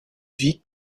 vie